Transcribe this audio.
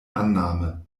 annahme